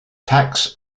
tax